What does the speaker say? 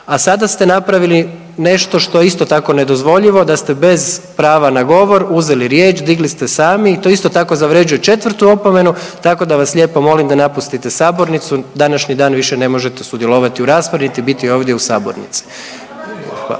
A sada ste napravili nešto što je isto tako nedozvoljivo, da ste bez prava na govor uzeli riječ, digli ste sami, to je isto tako zavrjeđuje 4. opomenu tako da vas lijepo molim da napustite sabornicu, današnji dan više ne možete sudjelovati u raspravi niti biti ovdje u sabornici.